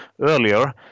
earlier